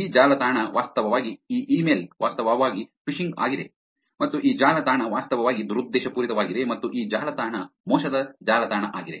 ಈ ಜಾಲತಾಣ ವಾಸ್ತವವಾಗಿ ಈ ಇಮೇಲ್ ವಾಸ್ತವವಾಗಿ ಫಿಶಿಂಗ್ ಆಗಿದೆ ಮತ್ತು ಈ ಜಾಲತಾಣ ವಾಸ್ತವವಾಗಿ ದುರುದ್ದೇಶಪೂರಿತವಾಗಿದೆ ಮತ್ತು ಈ ಜಾಲತಾಣ ಮೋಸದ ಜಾಲತಾಣ ಆಗಿದೆ